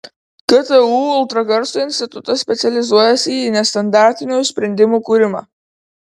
ktu ultragarso institutas specializuojasi į nestandartinių sprendimų kūrimą